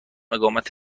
اقامت